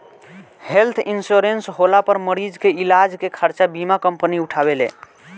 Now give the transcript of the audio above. health insurance होला पर मरीज के इलाज के खर्चा बीमा कंपनी उठावेले